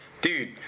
Dude